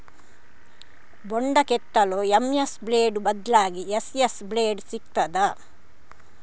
ಬೊಂಡ ಕೆತ್ತಲು MS blade ಬದ್ಲಾಗಿ ಎಸ್.ಎಸ್ ಬ್ಲೇಡ್ ಸಿಕ್ತಾದ?